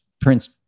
Prince